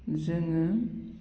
जोङो